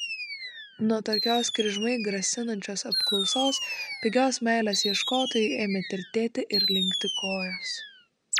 nuo tokios kryžmai grasinančios apklausos pigios meilės ieškotojui ėmė tirtėti ir linkti kojos